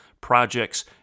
projects